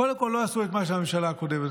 קודם כול לא עשו את מה שהממשלה הקודמת,